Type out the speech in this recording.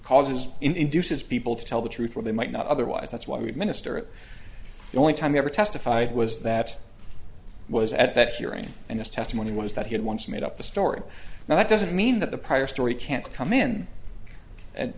causes induces people to tell the truth or they might not otherwise that's why we minister it the only time i ever testified was that i was at that hearing and his testimony was that he had once made up the story now that doesn't mean that the prior story can't come in and